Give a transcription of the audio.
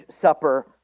supper